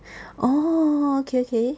orh okay okay